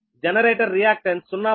generator reactance 0